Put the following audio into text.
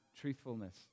truthfulness